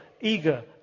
eager